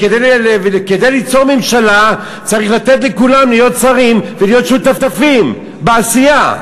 כדי ליצור ממשלה צריך לתת לכולם להיות שרים ולהיות שותפים בעשייה.